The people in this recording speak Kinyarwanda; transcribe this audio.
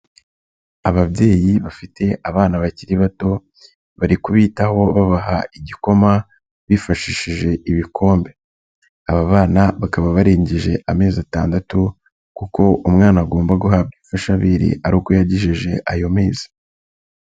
Ababyeyi bafite abana bakiri bato bari kubitaho babaha igikoma bifashishije ibikombe, aba bana bakaba barengeje amezi atandatu kuko umwana agomba guhabwa ifashashabere ari uko yagejeje ayo mezi.